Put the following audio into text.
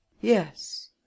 Yes